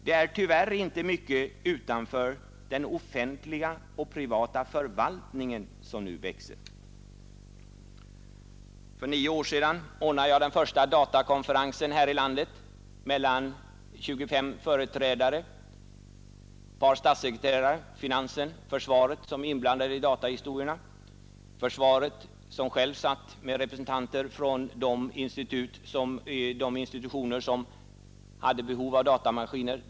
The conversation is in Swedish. Det är tyvärr inte mycket utanför den offentliga och privata förvaltningen som nu växer. För nio år sedan ordnade jag den första datakonferensen i vårt land med 25 deltagare. Det var ett par statssekreterare, företrädare för finansdepartementet och försvarsdepartementet, som är inblandade i dataarbetet. Försvaret hade självt representanter från de institutioner som antingen hade eller skulle komma att köpa datamaskiner.